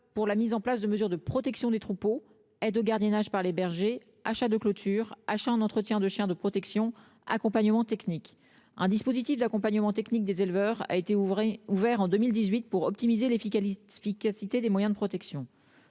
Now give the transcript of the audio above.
pour qu'ils mettent en oeuvre des mesures de protection des troupeaux : aide au gardiennage par les bergers, achat de clôtures, achat et entretien de chiens de protection, accompagnement technique. Un dispositif d'accompagnement technique des éleveurs a été lancé en 2018 pour optimiser l'efficacité des moyens de protection.